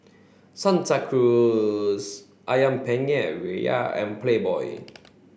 Santa Cruz Ayam Penyet Ria and Playboy